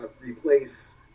replace